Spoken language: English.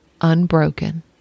unbroken